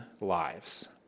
lives